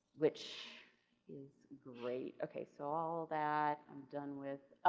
which is great. okay. so, all that um done with,